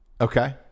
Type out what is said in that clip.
Okay